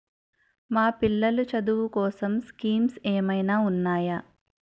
మా పిల్లలు చదువు కోసం స్కీమ్స్ ఏమైనా ఉన్నాయా?